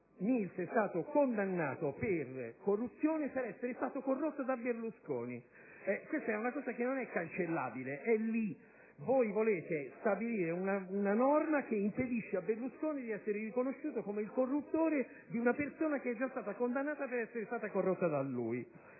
Mills è stato condannato per corruzione per essere stato corrotto da Berlusconi. Questa è una cosa che non è cancellabile: è lì. Voi volete stabilire una norma che impedisce a Berlusconi di essere riconosciuto come il corruttore di una persona che è già stata condannata per essere stata corrotta da lui.